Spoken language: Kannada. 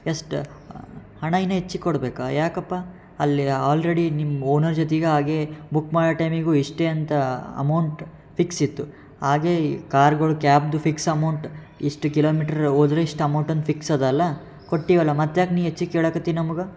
ಎಷ್ಟು ಹಣ ಇನ್ನೂ ಹೆಚ್ಚಿಗೆ ಕೊಡಬೇಕ ಯಾಕಪ್ಪ ಅಲ್ಲಿ ಆಲ್ರೆಡಿ ನಿಮ್ಮ ಓನರ್ ಜೊತೆಗೆ ಹಾಗೇ ಬುಕ್ ಮಾಡೋ ಟೈಮಿಗೂ ಇಷ್ಟೇ ಅಂತ ಅಮೌಂಟ್ ಫಿಕ್ಸ್ ಇತ್ತು ಹಾಗೇ ಕಾರ್ಗಳು ಕ್ಯಾಬ್ದು ಫಿಕ್ಸ್ ಅಮೌಂಟ್ ಇಷ್ಟು ಕಿಲೋಮೀಟ್ರ್ ಹೋದ್ರೆ ಇಷ್ಟು ಅಮೌಂಟ್ ಅಂದು ಫಿಕ್ಸ್ ಅದ ಅಲ್ಲ ಕೊಟ್ಟೀವಲ್ಲ ಮತ್ತು ಯಾಕೆ ನೀನು ಹೆಚ್ಚಿಗೆ ಕೇಳಾಕ್ಕತ್ತಿ ನಮ್ಗೆ